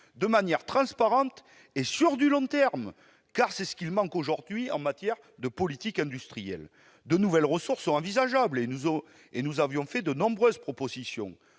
de manière transparente et sur le long terme. C'est bien ce qui manque aujourd'hui en matière de politique industrielle. De nouvelles ressources sont envisageables, et nous avions fait de nombreuses propositions